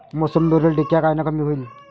मोसंबीवरील डिक्या कायनं कमी होईल?